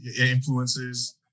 influences